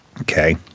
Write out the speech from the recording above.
Okay